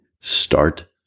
start